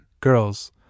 girls